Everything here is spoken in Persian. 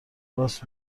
راست